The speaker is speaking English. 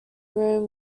room